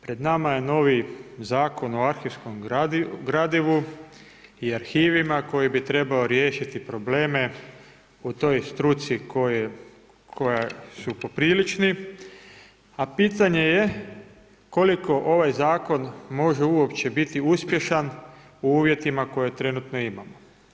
Pred nama je novi Zakon o arhivskom gradivu i arhivima, koji bi trebao riješiti probleme u toj struci, koje su poprilični, a pitanje je koliko ovaj zakon može uopće biti uspješan u uvjetima koje trenutno imamo.